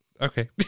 Okay